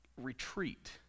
retreat